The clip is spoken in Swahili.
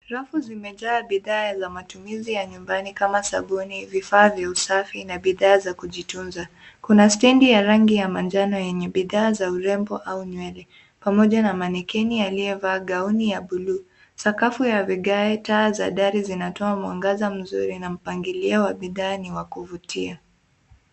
Rafu zimejaa bidhaa za matumizi ya nyumbani kama sabuni, vifaa vya usafi na bidhaa za kujitunza. Kuna stendi ya rangi ya manjano yenye bidhaa za urembo au nywele pamoja na (cs)mannequin (cs)aliyevaa gauni ya bluu. Sakafu ya vigae, taa za dari zinatoa mwangaza mzuri na mpangilio wa bidhaa ni wa kuvutia.